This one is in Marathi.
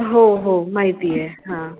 हो हो माहिती आहे हां